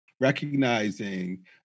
recognizing